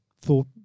thought